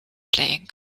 playing